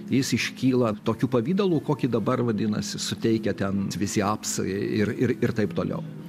jis iškyla tokiu pavidalu kokį dabar vadinasi suteikia ten visi apsai ir ir ir taip toliau